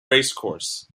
racecourse